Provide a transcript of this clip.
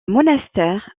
monastère